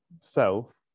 self